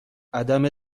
عدم